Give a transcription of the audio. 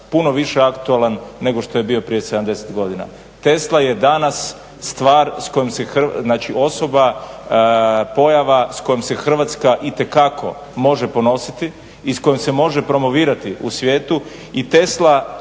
puno više aktualan nego što je bio prije 70 godina. Tesla je danas stvar, osoba, pojava s kojom se Hrvatska itekako može ponositi i s kojom se može promovirati u svijetu